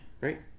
Right